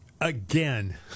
Again